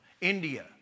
India